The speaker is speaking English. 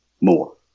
more